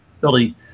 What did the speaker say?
Billy